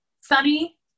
Sunny